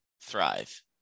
thrive